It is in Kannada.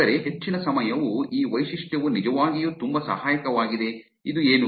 ಆದರೆ ಹೆಚ್ಚಿನ ಸಮಯ ಈ ವೈಶಿಷ್ಟ್ಯವು ನಿಜವಾಗಿಯೂ ತುಂಬಾ ಸಹಾಯಕವಾಗಿದೆ ಇದು ಏನು